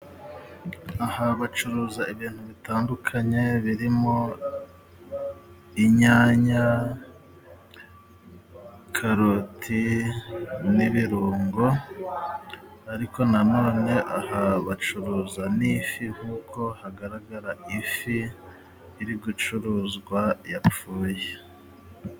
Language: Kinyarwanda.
Aha bacuruza ibintu bitandukanye birimo inyanya, karoti n'ibirungo, ariko nanone aha bacuruza n' ifi, nkuko hagaragara ifi iri gucuruzwa yapfuye.